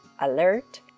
alert